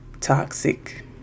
toxic